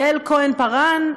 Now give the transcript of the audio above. יעל כהן-פארן,